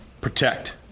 protect